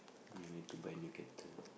I need to buy new kettle